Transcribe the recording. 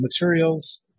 materials